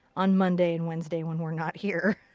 on monday and wednesday when we're not here.